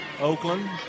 Oakland